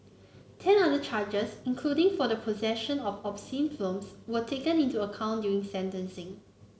ten other charges including for the possession of obscene films were taken into account during sentencing